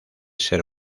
ser